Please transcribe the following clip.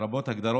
לרבות הגדרת